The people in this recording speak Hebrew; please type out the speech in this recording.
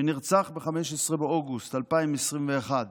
שנרצח ב-15 באוגוסט 2021,